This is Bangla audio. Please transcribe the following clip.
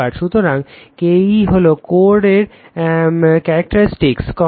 সুতরাং Ke হল কোর এর ক্যারেকটিরিস্টিক কনস্ট্যান্ট